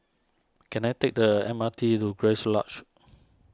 can I take the M R T to Grace Lodge